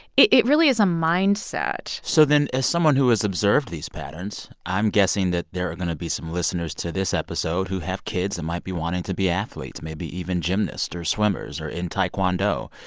it really is a mindset so then as someone who has observed these patterns i'm guessing that there are going to be some listeners to this episode who have kids that might be wanting to be athletes, maybe even gymnasts or swimmers or in taekwondo.